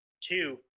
Two